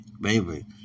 baby